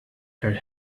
her